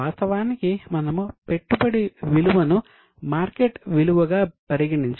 వాస్తవానికి మనము పెట్టుబడి విలువను మార్కెట్ విలువ గా పరిగణించము